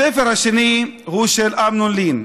הספר השני הוא של אמנון לין,